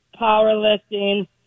powerlifting